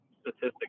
statistic